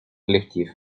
ліфтів